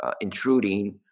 intruding